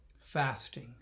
fasting